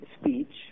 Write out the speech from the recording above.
speech